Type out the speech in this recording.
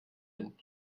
bin